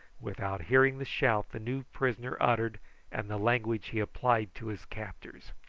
without hearing the shout the new prisoner uttered and the language he applied to his captors.